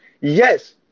Yes